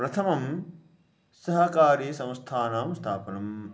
प्रथमं सहकारीसंस्थानां स्थापनम्